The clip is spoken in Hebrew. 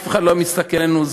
אף אחד לא היה מסתכל עלינו,